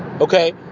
Okay